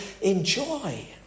enjoy